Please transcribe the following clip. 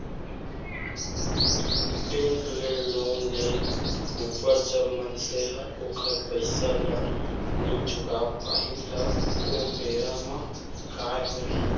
bank ले loan लेय ऊपर जब मनसे ह ओखर पइसा ल नइ चुका पाही त ओ बेरा म काय होही